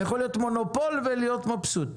אתה יכול להיות מונופול ולהיות מבסוט.